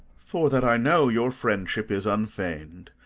for that i know your friendship is unfeign'd,